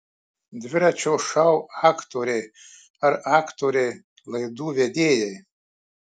dviračio šou aktoriai ar aktoriai laidų vedėjai